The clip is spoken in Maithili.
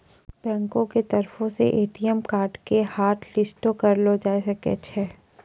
बैंको के तरफो से ए.टी.एम कार्डो के हाटलिस्टो करलो जाय सकै छै